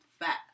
fat